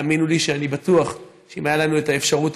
האמינו לי שאני בטוח שאם הייתה לנו את האפשרות,